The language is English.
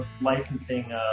licensing